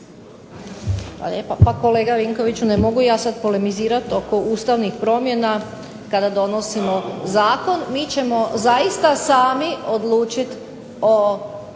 Pa kolega Vinkoviću, ne mogu ja sad polemizirati oko ustavnih promjena, kada donosimo zakon, mi ćemo zaista sami odlučiti o